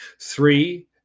Three